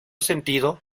sentido